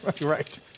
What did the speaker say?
Right